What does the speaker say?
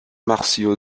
martino